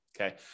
okay